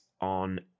on